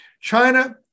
China